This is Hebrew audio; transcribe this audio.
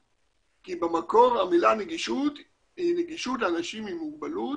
כי במקור המילה נגישות היא נגישות לאנשים עם מוגבלות,